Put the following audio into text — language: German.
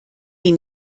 die